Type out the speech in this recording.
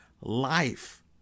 life